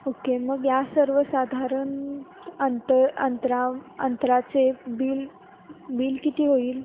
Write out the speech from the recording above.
okay मग या सर्वसाधारण अंतर अंतरा अंतराचे बिल बिल किती होईल